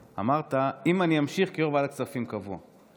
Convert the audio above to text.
אמרת: אם אני אמשיך כיו"ר ועדת כספים קבוע,